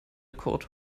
kurt